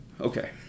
Okay